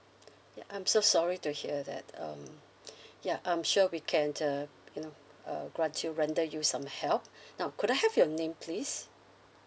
ya I'm so sorry to hear that um ya I'm sure we can uh you know uh grant you render you some help now could I have your name please